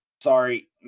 Sorry